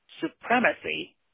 supremacy